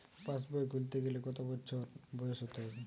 পাশবই খুলতে গেলে কত বছর বয়স হতে হবে?